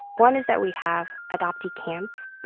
one is that we have adoptee camps.